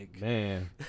man